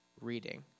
reading